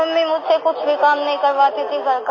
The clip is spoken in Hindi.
मम्मी मुझसे कुछ भी काम नहीं कराती थी घर का